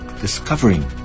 Discovering